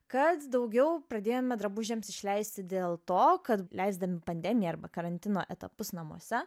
kad daugiau pradėjome drabužiams išleisti dėl to kad leisdami pandemiją arba karantino etapus namuose